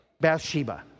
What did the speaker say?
Bathsheba